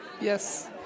yes